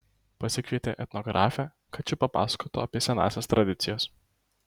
pasikvietė etnografę kad ši papasakotų apie senąsias tradicijas